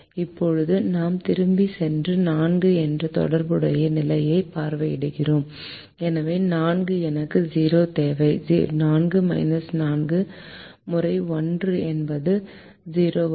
இப்போது நாம் திரும்பிச் சென்று 4 என்ற தொடர்புடைய நிலையைப் பார்வையிடுகிறோம் எனவே 4 எனக்கு 0 தேவை 4 4 முறை 1 என்பது 0 ஆகும்